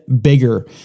bigger